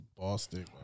Boston